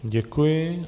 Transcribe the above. Děkuji.